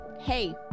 Hey